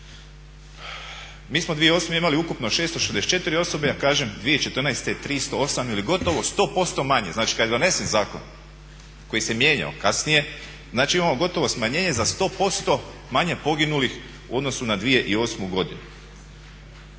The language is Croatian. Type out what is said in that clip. Mi smo 2008. imali ukupno 664 osobe, a kažem 2014. 308 ili gotovo 100% manje. Znači kad je donesen zakon koji se mijenjao kasnije, znači imamo gotovo smanjenje za 100% manje poginulih u odnosu na 2008. godinu.